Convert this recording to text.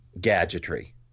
gadgetry